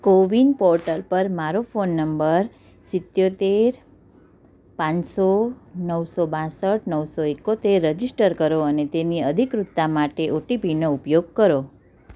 CoWIN portal પર મારો phone number સિત્તોતેર પાંચસો નવસો બાસઠ નવસો ઈકોતેર રજિસ્ટર કરો અને તેની અધિકૃતતા માટે ઓટીપીનો ઉપયોગ કરો